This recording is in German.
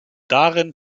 darin